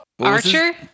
Archer